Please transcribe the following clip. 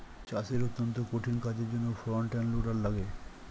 চাষের অত্যন্ত কঠিন কাজের জন্যে ফ্রন্ট এন্ড লোডার লাগে